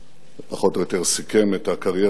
זה פחות או יותר סיכם את הקריירה